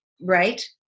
right